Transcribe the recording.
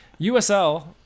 USL